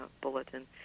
bulletin